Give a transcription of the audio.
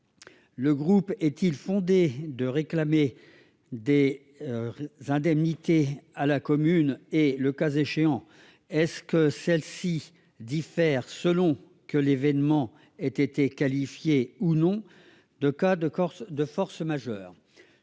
le groupe est-il fondé à réclamer des indemnités à la commune ? Le cas échéant, celles-ci diffèrent-elles selon que l'événement a été qualifié, ou non, de cas de force majeure ?